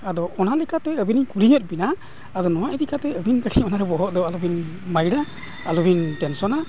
ᱟᱫᱚ ᱚᱱᱟ ᱞᱮᱠᱟᱛᱮ ᱟᱹᱵᱤᱱᱤᱧ ᱠᱩᱞᱤᱭᱮᱫ ᱵᱮᱱᱟ ᱟᱫᱚ ᱱᱚᱣᱟ ᱤᱫᱤ ᱠᱟᱛᱮᱫ ᱟᱹᱵᱤᱱ ᱠᱟᱹᱴᱤᱡ ᱚᱱᱟᱨᱮ ᱵᱚᱦᱚᱜ ᱫᱚ ᱟᱞᱚᱵᱤᱱ ᱵᱟᱭᱨᱟ ᱟᱞᱚᱵᱤᱱ ᱴᱮᱱᱥᱚᱱᱟ